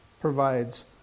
provides